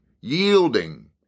yielding